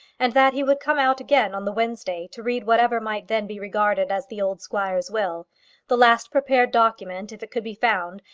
and that he would come out again on the wednesday to read whatever might then be regarded as the old squire's will the last prepared document if it could be found,